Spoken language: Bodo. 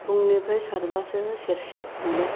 फुंनिफ्राय सारब्लासो सेरसे मोनो